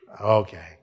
Okay